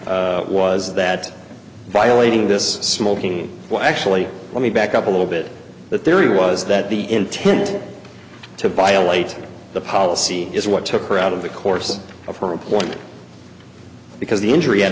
theory was that violating this smoking well actually let me back up a little bit the theory was that the intent to violate the policy is what took her out of the course of her employment because the injury had